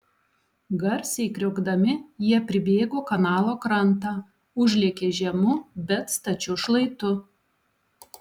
garsiai kriokdami jie pribėgo kanalo krantą užlėkė žemu bet stačiu šlaitu